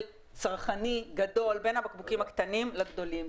צרכני גדול בין הבקבוקים הקטנים לגדולים.